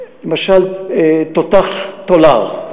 למשל, תותח תול"ר.